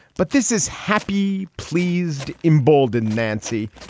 but this is happy pleased embolden nancy.